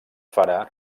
farà